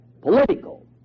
political